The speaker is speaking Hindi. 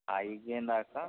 आ ई गेंदा का